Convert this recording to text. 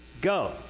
go